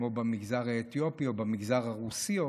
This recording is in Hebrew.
כמו במגזר האתיופי או במגזר הרוסי.